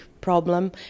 problem